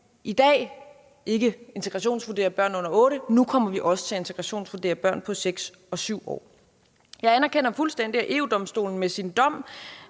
i dag ikke integrationsvurderer børn under 8 år. Nu kommer vi også til at integrationsvurdere børn på 6 og 7 år. Jeg anerkender fuldstændig, at EU-Domstolen med sin dom